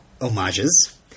homages